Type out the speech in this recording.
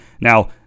Now